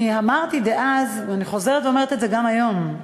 אני אמרתי אז ואני חוזרת ואומרת את זה גם היום: